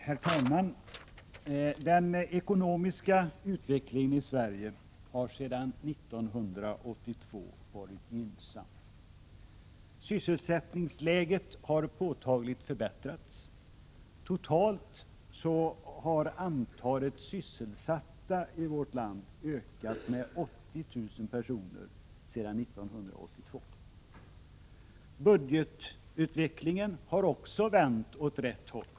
Herr talman! Den ekonomiska utvecklingen i Sverige har sedan 1982 varit gynnsam. Sysselsättningsläget har påtagligt förbättrats. Totalt har antalet sysselsatta i vårt land ökat med 80 000 personer sedan 1982. Budgetutvecklingen har också vänt åt rätt håll.